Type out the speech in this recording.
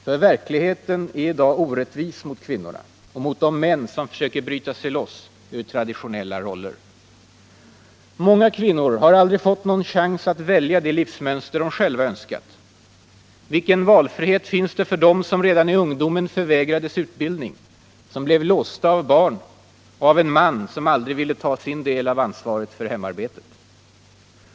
För verkligheten är i dag orättvis mot kvinnorna — och mot de män som försöker bryta sig loss ur traditionella roller. Många kvinnor har aldrig fått någon chans att välja det livsmönster de själva önskat. Vilken valfrihet finns det för dem som redan i ungdomen förvägrades utbildning, som blev låsta av barn och av en man som aldrig ville ta sin del av ansvaret för hemarbetet?